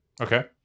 Okay